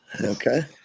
Okay